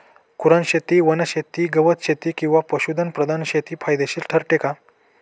कुरणशेती, वनशेती, गवतशेती किंवा पशुधन प्रधान शेती फायदेशीर ठरते का?